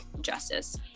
justice